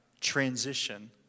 transition